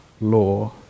law